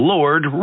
Lord